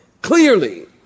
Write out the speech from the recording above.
clearly